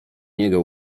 niego